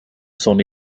son